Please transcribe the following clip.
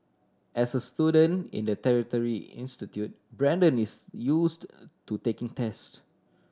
as a student in a tertiary institute Brandon is used to taking test